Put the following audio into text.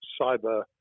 cyber